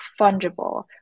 fungible